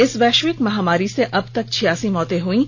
इस वैश्विक महामारी से अब तक छियासी मौतें हुई हैं